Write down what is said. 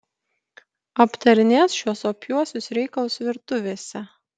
aptarinės šiuos opiuosius reikalus virtuvėse